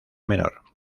menor